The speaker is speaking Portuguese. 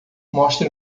mostre